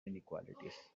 inequalities